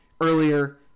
earlier